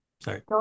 sorry